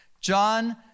John